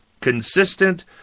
consistent